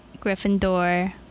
Gryffindor